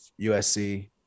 usc